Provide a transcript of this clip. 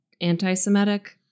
anti-Semitic